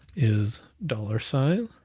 is dollar sign,